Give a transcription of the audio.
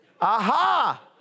Aha